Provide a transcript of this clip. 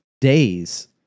days